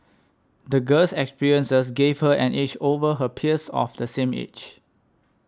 the girl's experiences gave her an edge over her peers of the same age